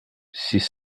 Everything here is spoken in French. six